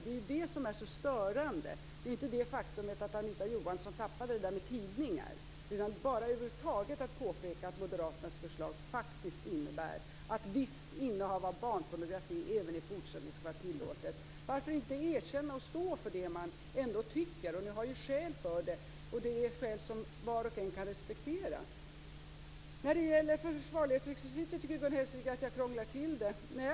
Det är det som är så störande. Det är inte det faktum att Anita Johansson tappade ordet "tidningar". Det är störande att jag påpekar att Moderaternas förslag faktiskt innebär att visst innehav av barnpornografi skall vara tillåtet även i fortsättningen. Varför inte erkänna och stå för det man ändå tycker? Man har ju skäl för det. Det är skäl som var och en kan respektera. När det gäller försvarlighetsrekvisitet tycker Gun Hellsvik att jag krånglar till det.